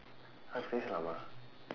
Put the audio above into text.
பேசலாமா:peesalaamaa